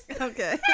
Okay